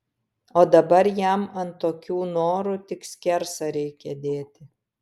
o dabar jam ant tokių norų tik skersą reikia dėti